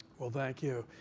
well, thank you.